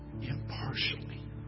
impartially